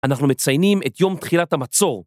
‫אנחנו מציינים את יום תחילת המצור.